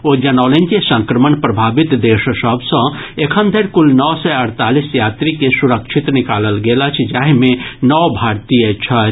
ओ जनौलनि जे संक्रमण प्रभावित देश सभ सॅ एखन धरि कुल नओ सय अड़तालीस यात्री के सुरक्षित निकालल गेल अछि जाहि मे नओ भारतीय छथि